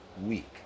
week